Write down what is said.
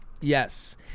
Yes